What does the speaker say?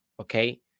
Okay